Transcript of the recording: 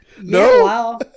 No